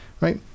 Right